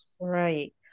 Right